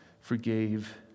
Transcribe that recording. forgave